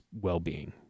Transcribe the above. well-being